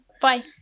Bye